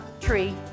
tree